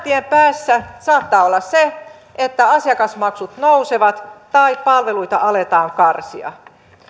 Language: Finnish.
tien päässä saattaa olla se että asiakasmaksut nousevat tai palveluita aletaan karsia